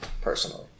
personally